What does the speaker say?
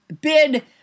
bid